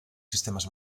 sistemes